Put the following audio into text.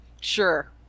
Sure